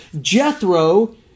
Jethro